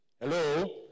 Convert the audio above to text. hello